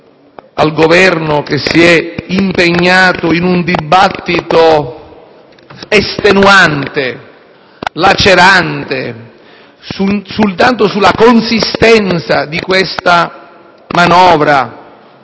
Al Governo che si è impegnato in un dibattito estenuante e lacerante sulla consistenza di questa manovra